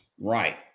Right